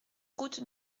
route